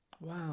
wow